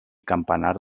campanar